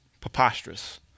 preposterous